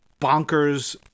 bonkers